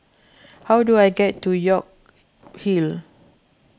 how do I get to York Hill